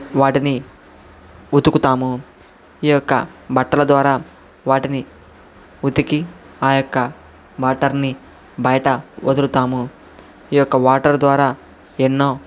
వాటిని ఉతుకుతాము ఈ యొక్క బట్టల ద్వారా వాటిని ఉతికి ఆ యొక్క వాటర్ని బయట వదులుతాము ఈ యొక్క వాటర్ ద్వారా ఎన్నో